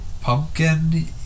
Pumpkin